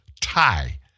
TIE